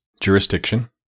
jurisdiction